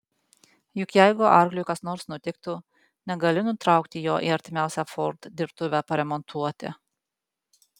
juk jeigu arkliui kas nors nutiktų negali nutraukti jo į artimiausią ford dirbtuvę paremontuoti